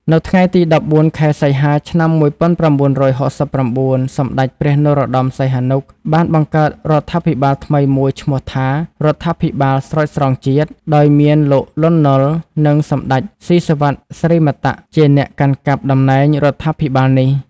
នៅថ្ងៃទី ១៤ ខែសីហា ឆ្នាំ ១៩៦៩ សម្តេចព្រះនរោត្តម សីហនុ បានបង្កើតរដ្ឋាភិបាលថ្មីមួយឈ្មោះថា រដ្ឋាភិបាលស្រោចស្រង់ជាតិ ដោយមានលោក លន់ នល់ និងសម្ដេច ស៊ីសុវត្ថិ សិរិមតៈ ជាអ្នកកាន់កាប់តំណែងរដ្ឋាភិបាលនេះ។